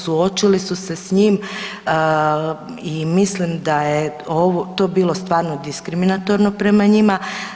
Suočili su se s njim i mislim da je to bilo stvarno diskriminatorno prema njima.